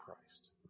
Christ